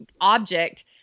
object